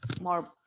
more